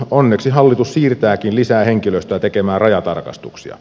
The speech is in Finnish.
onneksi hallitus siirtääkin lisää henkilöstöä tekemään rajatarkastuksia